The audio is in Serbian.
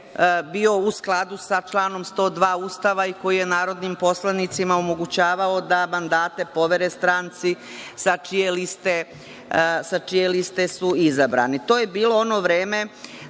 bio u skladu sa članom 102. Ustava i koji je narodnim poslanicima omogućavao da mandate povere stranci sa čije liste su izabrani. To